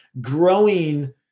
growing